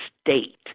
state